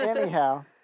Anyhow